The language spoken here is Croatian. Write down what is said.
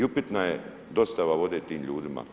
I upitna je dostava vode tim ljudima.